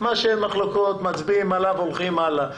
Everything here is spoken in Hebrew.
מה שאין עליו מחלוקות מצביעים עליו והולכים הלאה.